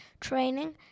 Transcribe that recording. training